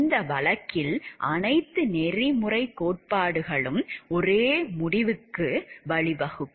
இந்த வழக்கில் அனைத்து நெறிமுறை கோட்பாடுகளும் ஒரே முடிவுக்கு வழிவகுக்கும்